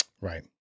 right